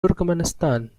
turkmenistan